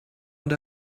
and